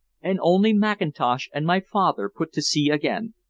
and only mackintosh and my father put to sea again.